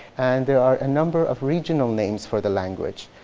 and there are a number of regional names for the language.